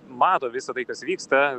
mato visa tai kas vyksta